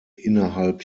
innerhalb